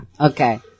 Okay